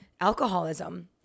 alcoholism